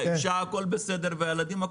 -- והכול בסדר עם האישה ועם הילדים,